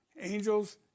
Angels